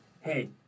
Hey